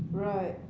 right